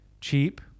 cheap